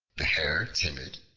the hare timid,